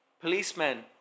policemen